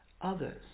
others